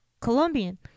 Colombian